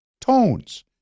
tones